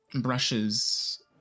brushes